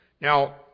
Now